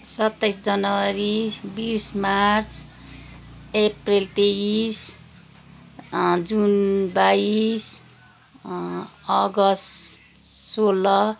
सत्ताइस जनवरी बिस मार्च अप्रेल तेइस जुन बाइस अगस्त सोह्र